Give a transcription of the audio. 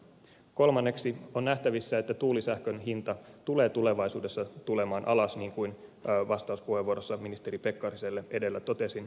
kolmanneksi on nähtävissä että tuulisähkön hinta tulee tulevaisuudessa tulemaan alas niin kuin vastauspuheenvuorossa ministeri pekkariselle edellä totesin